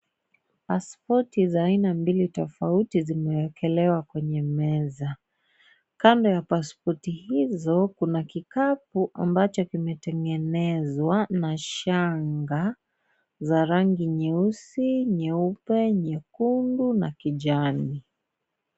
Pasipoti za aina mbili tofauti zimeekelewa kwenye meza. Kando ya pasipoti hizo kuna kikapu ambacho kimetengenezwa na shanga za rangi nyeusi, nyeupe, nyekundu na kijani.